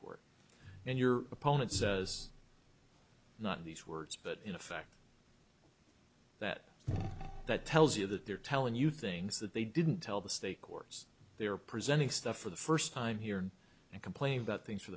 court and your opponent says not these words but in effect that that tells you that they're telling you things that they didn't tell the state courts they are presenting stuff for the first time here and complain about things for